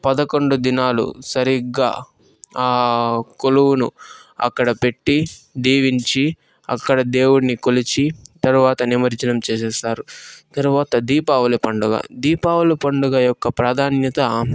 పదకొండు దినాలు సరిగ్గా ఆ కొలువును అక్కడ పెట్టి దీవించి అక్కడ దేవుడిని కొలిచి తర్వాత నిమజ్జనం చేసేస్తారు తర్వాత దీపావళి పండుగ దీపావళి పండుగ యొక్క ప్రాధాన్యత